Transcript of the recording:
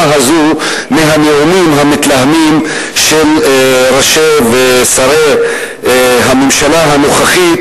הזאת מהנאומים המתלהמים של שרי הממשלה הנוכחית,